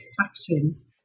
factors